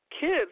Kids